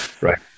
Right